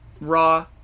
Raw